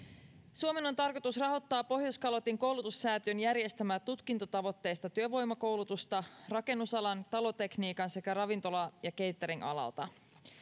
suomen on tarkoitus rahoittaa pohjoiskalotin koulutussäätiön järjestämää tutkintotavoitteista työvoimakoulutusta rakennusalalla talotekniikan alalla sekä ravintola ja cateringalalla